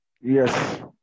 Yes